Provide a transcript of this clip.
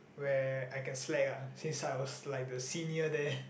where I can slack ah since I was like the senior there